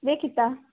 ಬೇಕಿತ್ತಾ